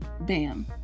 BAM